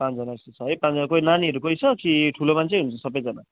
पाँचजना जस्तो छ है पाँचजना कोही नानीहरू कोही छ कि ठुलो मान्छे नै हुनुहुन्छ सबैजना